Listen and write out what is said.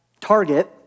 Target